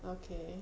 okay